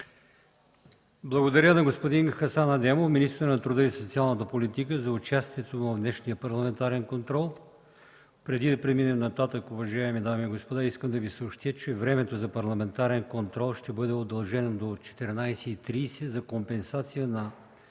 Благодаря на господин Хасан Адемов – министър на труда и социалната политика, за участието му в днешния парламентарен контрол. Уважаеми дами и господа, преди да преминем нататък, искам да Ви съобщя, че времето за парламентарен контрол ще бъде удължено до 14,30 ч. за компенсация на